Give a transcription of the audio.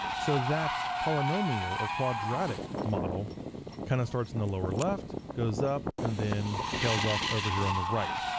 so that polynomial or quadratic model kinda starts in the lower left, goes up, and then tails off over here on the right.